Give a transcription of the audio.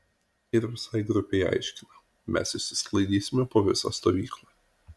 ir visai grupei aiškina mes išsisklaidysime po visą stovyklą